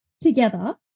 together